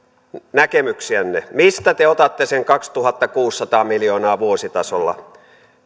näkemyksiänne mistä te otatte sen kaksituhattakuusisataa miljoonaa vuositasolla